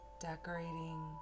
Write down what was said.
Decorating